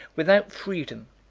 without freedom,